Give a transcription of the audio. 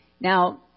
Now